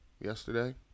yesterday